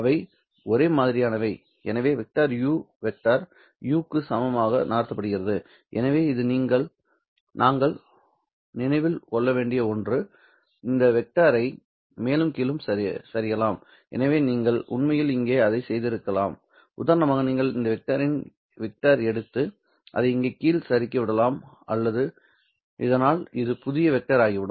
அவை ஒரே மாதிரியானவை எனவே வெக்டர் u வெக்டர் u க்கு சமமாக நகர்த்தப்படுகிறது எனவே இது நீங்கள் நினைவில் கொள்ள வேண்டிய ஒன்று இந்த வெக்டர் ஐ மேலும் கீழும் சரியலாம் எனவே நீங்கள் உண்மையில் இங்கேயே இதைச் செய்திருக்கலாம் உதாரணமாக நீங்கள் இந்த வெக்டர் எடுத்து அதை இங்கே கீழ் சறுக்கி விடலாம் இதனால் இது புதிய வெக்டர் ஆகிவிடும்